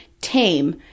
tame